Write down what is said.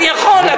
אני יכול.